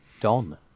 Don